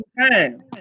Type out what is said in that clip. time